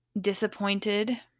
disappointed